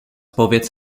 powiedz